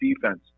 defense